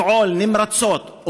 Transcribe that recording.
לפעול נמרצות,